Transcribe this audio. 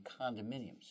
condominiums